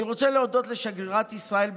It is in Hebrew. אני רוצה להודות לשגרירת ישראל באלבניה,